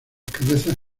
cabezas